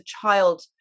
child